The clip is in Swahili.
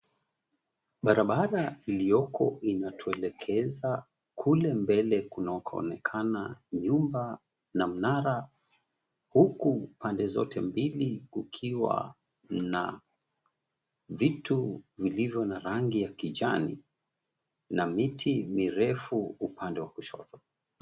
Barabara iliyoko inatuelekeza kule mbele kunakoonekana nyumba na mnara huku pande zote mbili kukiwa na vitu vilivyo na rangi ya kijani na miti mirefu upande wa kushoto.